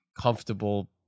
comfortable